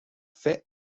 fès